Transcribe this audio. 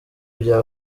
bya